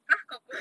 !huh! cockroach